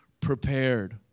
prepared